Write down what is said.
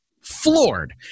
floored